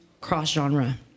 cross-genre